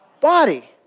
body